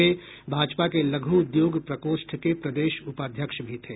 वे भाजपा के लघ उद्योग प्रकोष्ठ के प्रदेश उपाध्यक्ष भी थे